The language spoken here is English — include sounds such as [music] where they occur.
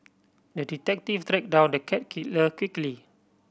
the detective [unintelligible] down the cat killer quickly